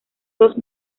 dos